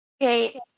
Okay